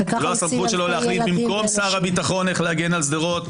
זאת לא הסמכות שלו להחליט במקום שר הביטחון איך להגן על שדרות.